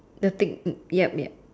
the take uh yup yup